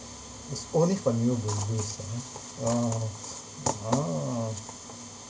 it's only for new babies ah orh orh